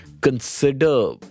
consider